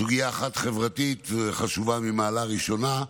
סוגיה אחת חברתית, חשובה ממעלה ראשונה,